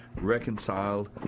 Reconciled